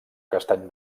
castany